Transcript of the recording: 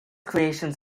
creations